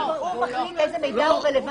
הוא מחליט איזה מידע הוא רלוונטי